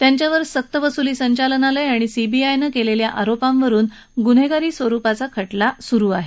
त्यांच्यावर सक्त वसुली संचालनालय आणि सीबीआयच्या आरोपांवरुन गुन्हेगारी स्वरुपाचा खटला सुरु आहे